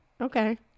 Okay